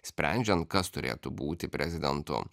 sprendžiant kas turėtų būti prezidentu